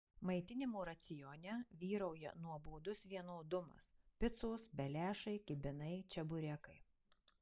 maitinimo racione vyrauja nuobodus vienodumas picos beliašai kibinai čeburekai